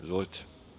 Izvolite.